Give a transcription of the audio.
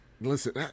Listen